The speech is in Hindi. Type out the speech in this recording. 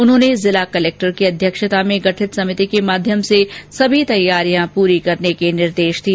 उन्होंने जिला कलेक्टर की अध्यक्षता में गठित समिति के माध्यम से सभी तैयारियां पूरी करने के निर्देश दिए